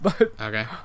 Okay